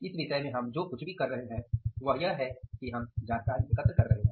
इस विषय में हम जो कुछ भी कर रहे हैं वह यह है कि हम जानकारी एकत्र कर रहे हैं